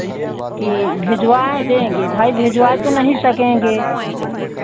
कि भिजवाएं देंगे भाई भिजवा तो नहीं सकेंगे